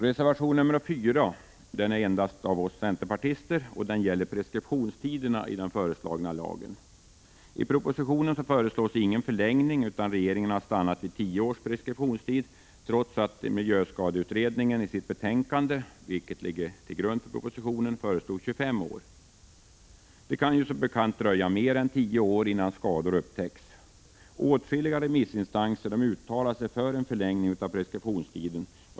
Reservation 4 av oss centerpartister gäller preskriptionstiderna i den föreslagna lagen. I propositionen föreslås ingen förlängning utan regeringen har stannat för tio års preskriptionstid, trots att miljöskadeutredningeni sitt betänkande, vilket ligger till grund för propositionen, föreslog 25 år. Det kan ju som bekant dröja mer än tio år innan skador upptäcks. Åtskilliga remissinstanser har uttalat sig för en förlängning av preskriptionstiden.